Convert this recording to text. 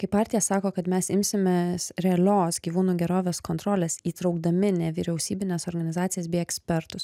kai partija sako kad mes imsimės realios gyvūnų gerovės kontrolės įtraukdami nevyriausybines organizacijas bei ekspertus